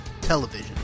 Television